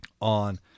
on